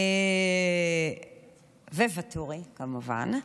וואטורי כמובן,